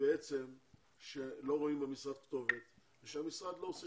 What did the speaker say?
כך שלא רואים במשרד כתובת ושהמשרד לא עושה